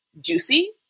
juicy